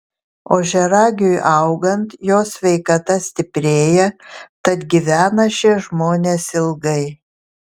ožiaragiui augant jo sveikata stiprėja tad gyvena šie žmonės ilgai